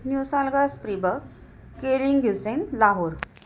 न्यूसा लगास प्रिबक केरिंग घ्युसेन लाहोर